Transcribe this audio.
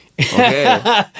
Okay